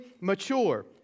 mature